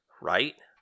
Right